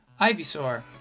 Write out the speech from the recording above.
Ivysaur